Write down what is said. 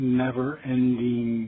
never-ending